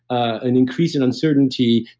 an increase in uncertainty,